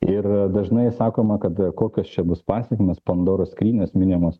ir dažnai sakoma kad kokios čia bus pasekmės pandoros skrynios minimos